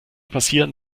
passieren